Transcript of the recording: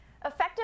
Effective